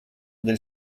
del